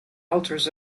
altars